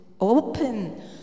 open